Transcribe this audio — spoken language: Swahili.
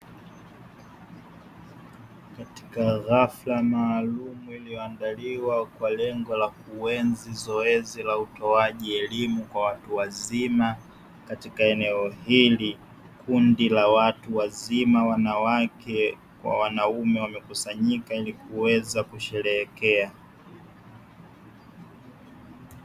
Katika hafla maalumu iliyoandaliwa kwa lengo la kuenzi zoezi la utoaji elimu kwa watu wazima katika eneo hili, kundi la watu wazima wanawake kwa wanaume wamekusanyika ili kuweza kusherehekea.